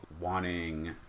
wanting